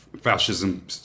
fascism